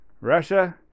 Russia